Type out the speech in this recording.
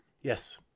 Yes